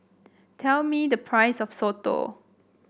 tell me the price of soto